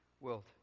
world